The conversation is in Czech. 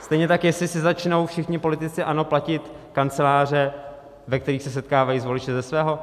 Stejně tak jestli si začnou všichni politici ANO platit kanceláře, ve kterých se setkávají s voliči, ze svého.